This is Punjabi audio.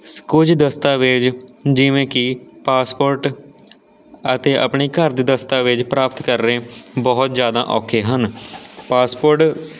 ਕੁਝ ਦਸਤਾਵੇਜ ਜਿਵੇਂ ਕਿ ਪਾਸਪੋਰਟ ਅਤੇ ਆਪਣੇ ਘਰ ਦੇ ਦਸਤਾਵੇਜ ਪ੍ਰਾਪਤ ਕਰਨੇ ਬਹੁਤ ਜ਼ਿਆਦਾ ਔਖੇ ਹਨ ਪਾਸਪੋਰਟ